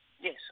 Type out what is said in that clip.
Yes